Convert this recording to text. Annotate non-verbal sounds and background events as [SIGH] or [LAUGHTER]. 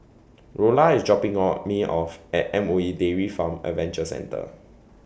Rolla IS dropping [HESITATION] Me off At M O E Dairy Farm Adventure Centre